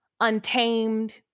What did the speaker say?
untamed